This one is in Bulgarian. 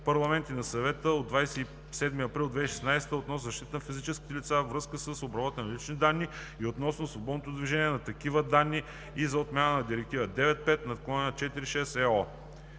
парламент и на Съвета от 27 април 2016 г. относно защитата на физическите лица във връзка с обработването на лични данни и относно свободното движение на такива данни и за отмяна на Директива 95/46/EО